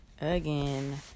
again